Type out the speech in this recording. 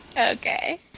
okay